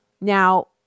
Now